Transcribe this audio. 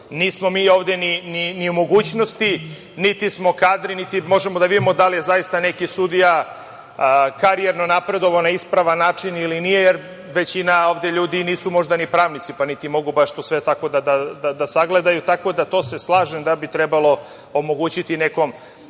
Nismo mi ovde ni u mogućnosti, niti smo kadri, niti možemo da vidimo da li je zaista neki sudija karijerno napredovao na ispravan način ili nije, jer većina ovde ljudi nisu možda ni pravnici, pa niti mogu baš to sve tako da sagledaju, tako da to se slažem da bi trebalo omogućiti nekom